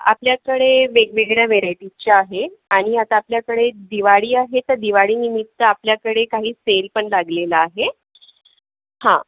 आपल्याकडे वेगवेगळ्या वेरायटीजचे आहे आणि आता आपल्याकडे दिवाळी आहे तर दिवाळीनिमित्त आपल्याकडे काही सेल पण लागलेला आहे हं